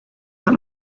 that